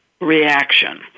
reaction